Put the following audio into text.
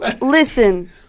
Listen